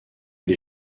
les